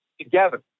together